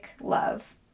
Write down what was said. love